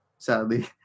sadly